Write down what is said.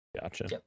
Gotcha